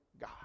God